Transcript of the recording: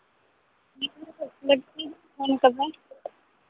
phone ᱠᱟᱫᱟᱭ